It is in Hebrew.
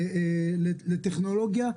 לטכנולוגיה,